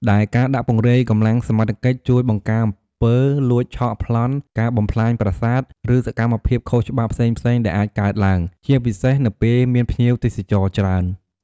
ដែលការដាក់ពង្រាយកម្លាំងសមត្ថកិច្ចជួយ បង្ការអំពើលួច ឆក់ ប្លន់ ការបំផ្លាញប្រាសាទ ឬសកម្មភាពខុសច្បាប់ផ្សេងៗ ដែលអាចកើតឡើង ជាពិសេសនៅពេលមានភ្ញៀវទេសចរណ៍ច្រើន។